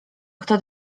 kto